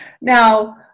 Now